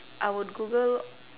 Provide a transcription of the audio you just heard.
I would google